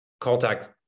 contact